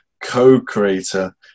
co-creator